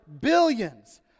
billions